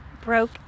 broke